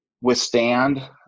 withstand